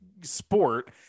sport